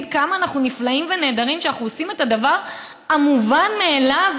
כמה אנחנו נפלאים ונהדרים שאנחנו עושים את הדבר המובן מאליו,